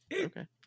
Okay